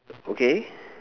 okay